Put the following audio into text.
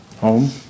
Home